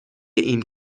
این